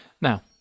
Now